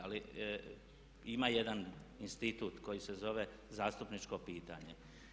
Ali ima jedan institut koji se zove zastupničko pitanje.